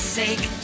sake